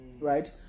right